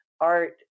art